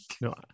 No